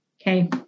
Okay